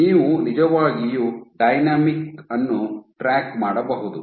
ನೀವು ನಿಜವಾಗಿಯೂ ಡೈನಾಮಿಕ್ ಅನ್ನು ಟ್ರ್ಯಾಕ್ ಮಾಡಬಹುದು